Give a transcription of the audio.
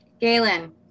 Galen